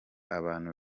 abantu